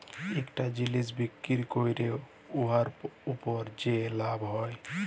ইকটা জিলিস বিক্কিরি ক্যইরে উয়ার উপর যে লাভ হ্যয়